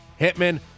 Hitman